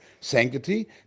sanctity